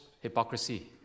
hypocrisy